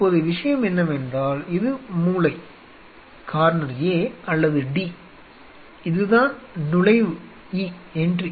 இப்போது விஷயம் என்னவென்றால் இது மூலை A அல்லது D இதுதான் நுழைவு E